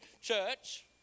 church